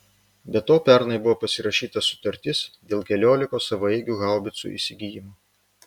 be to pernai buvo pasirašyta sutartis dėl keliolikos savaeigių haubicų įsigijimo